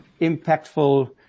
impactful